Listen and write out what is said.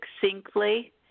succinctly